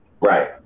Right